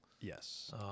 yes